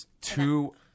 Two